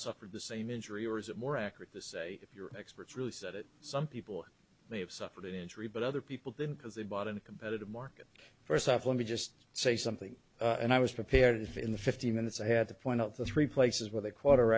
suffered the same injury or is it more accurate to say if your experts really said it some people may have suffered an injury but other people didn't because they bought in a competitive market first off let me just say something and i was prepared in the fifteen minutes i had to point out the three places where they qu